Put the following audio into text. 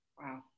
Wow